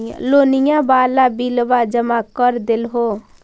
लोनिया वाला बिलवा जामा कर देलहो?